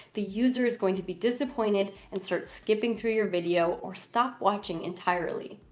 the user is going to be disappointed and start skipping through your video or stop watching entirely.